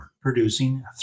producing